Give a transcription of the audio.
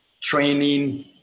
training